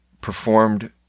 Performed